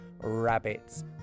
rabbits